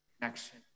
connection